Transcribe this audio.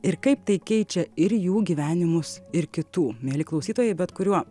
ir kaip tai keičia ir jų gyvenimus ir kitų mieli klausytojai bet kuriuo